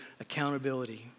accountability